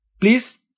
please